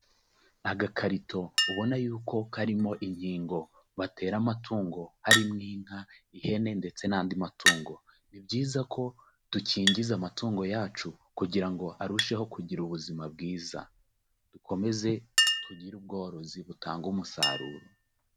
Agakarito ubona yuko karimo inkingo batera amatungo harimo inka, ihene ndetse n'andi matungo, ni byiza ko dukingiza amatungo yacu kugira ngo arusheho kugira ubuzima bwiza, dukomeze tugire ubworozi butanga umusaruro.